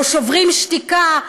או שוברים שתיקה,